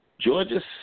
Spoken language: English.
Georgia